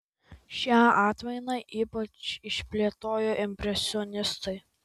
šią atmainą ypač išplėtojo impresionistai